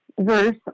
verse